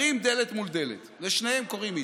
שכנים, שגרים דלת מול דלת, שלשניהם קוראים איציק,